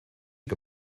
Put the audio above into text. que